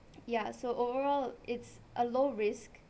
ya so overall it's a low risk